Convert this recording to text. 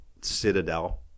Citadel